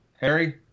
Harry